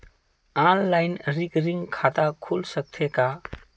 Online recurring खाता खुल सकथे का?